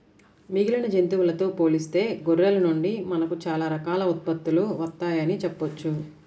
మిగిలిన జంతువులతో పోలిస్తే గొర్రెల నుండి మనకు చాలా రకాల ఉత్పత్తులు వత్తయ్యని చెప్పొచ్చు